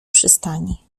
przystani